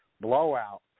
blowout